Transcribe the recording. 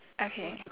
okay